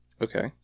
Okay